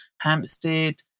Hampstead